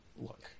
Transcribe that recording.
Look